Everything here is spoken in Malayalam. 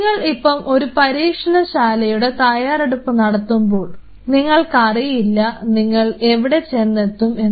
നിങ്ങൾ ഇപ്പം ഒരു പരീക്ഷണശാലയുടെ തയ്യാറെടുപ്പ് നടത്തുമ്പോൾ നിങ്ങൾക്ക് അറിയില്ല നിങ്ങൾ എവിടെ ചെന്നെത്തും എന്ന്